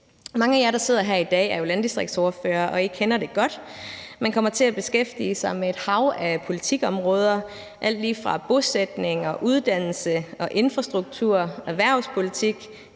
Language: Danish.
Mange af jer, der sidder her i dag, er jo landdistriktsordførere, og I kender det godt. Man kommer til at beskæftige sig med et hav af politikområder, alt lige fra bosætninger, uddannelse, infrastruktur, erhvervspolitik,